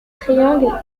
triangles